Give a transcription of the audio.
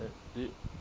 that trip